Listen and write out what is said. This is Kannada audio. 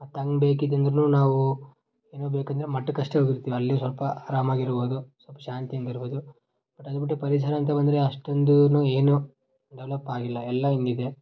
ಮತ್ತು ಹಂಗೆ ಬೇಕಿದ್ರೆ ಅಂದ್ರೂ ನಾವು ಏನೋ ಬೇಕಂದರೆ ಮಠಕ್ಕಷ್ಟೇ ಹೋಗಿರ್ತೀವಿ ಅಲ್ಲಿ ಸ್ವಲ್ಪ ಅರಾಮಾಗಿರ್ಬೋದು ಸ್ವಲ್ಪ ಶಾಂತಿಯಿಂದ ಇರ್ಬೋದು ಬಟ್ ಅದು ಬಿಟ್ಟು ಪರಿಸರ ಅಂತ ಬಂದರೆ ಅಷ್ಟೊಂದೇನು ಏನೂ ಡೆವ್ಲಪ್ಪಾಗಿಲ್ಲ ಎಲ್ಲ ಹೀಗಿದೆ